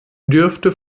dürfte